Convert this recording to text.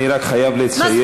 אני רק חייב לציין,